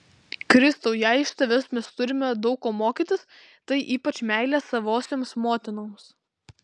kristau jei iš tavęs mes turime daug ko mokytis tai ypač meilės savosioms motinoms